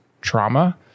trauma